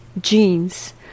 genes